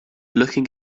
looking